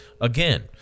again